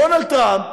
דונלד טראמפ